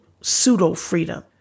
pseudo-freedom